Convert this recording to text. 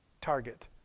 target